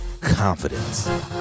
confidence